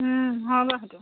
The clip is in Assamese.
হয় বাৰু সেইটো